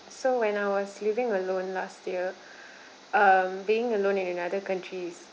so when I was living alone last year um being alone in another country is